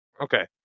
Okay